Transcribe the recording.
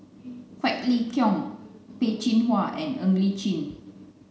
Quek Ling Kiong Peh Chin Hua and Ng Li Chin